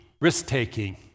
risk-taking